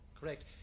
Correct